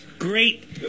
Great